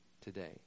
today